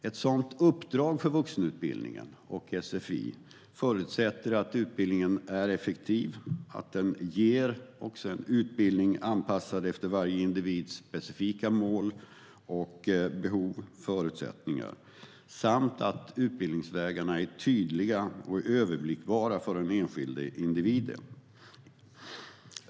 Ett sådant uppdrag för vuxenutbildningen och sfi förutsätter att utbildningen är effektiv och anpassad efter varje individs specifika mål, behov och förutsättningar samt att utbildningsvägarna är tydliga och överblickbara för den enskilde.